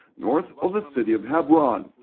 north of the city of hebron.